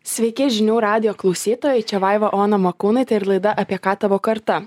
sveiki žinių radijo klausytojai čia vaiva ona makūnaitė ir laida apie ką tavo karta